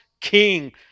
king